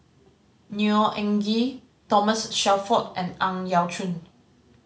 Neo Anngee Thomas Shelford and Ang Yau Choon